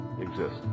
exist